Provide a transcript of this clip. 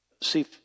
See